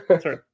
sorry